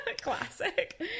classic